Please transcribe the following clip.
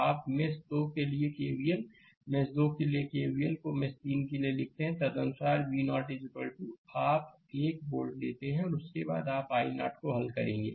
तो आप मेष 2 के लिए केवीएल को मेष 2 के लिए और केवीएल को मेष 3 के लिए लिखते हैं और तदनुसार V0 आप 1 वोल्ट लेते हैं और उसके बाद आप i0 के लिए हल करेंगे